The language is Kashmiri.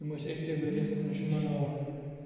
یِم أسۍ أکسٕے ؤریَس منٛز چھِ مناوان